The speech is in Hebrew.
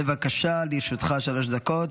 בבקשה, לראשותך שלוש דקות.